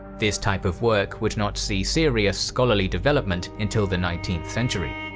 this type of work would not see serious scholarly development until the nineteenth century.